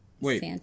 Wait